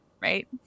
right